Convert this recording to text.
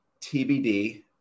tbd